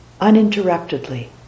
uninterruptedly